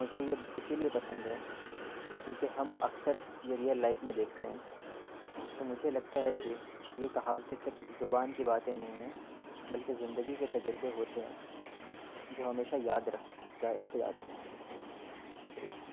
مجھے یہ اسی لیے پسند ہے کیونکہ ہم اکثر یہ ریئل لائف میں دیکھتے ہیں تو مجھے لگتا ہے کہ یہ کہاوتیں صرف زبان کی باتیں نہیں ہیں بلکہ زندگی کے تجربے ہوتے ہیں جو ہمیشہ یاد رکھ رکھے جاتے ہیں شکریہ